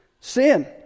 Sin